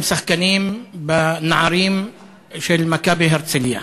הם שחקנים נערים של "מכבי הרצליה".